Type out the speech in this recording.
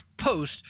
Post